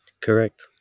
Correct